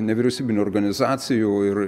nevyriausybinių organizacijų ir